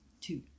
two